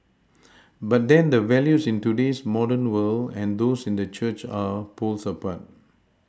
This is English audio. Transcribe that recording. but then the values in today's modern world and those in the church are poles apart